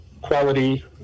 quality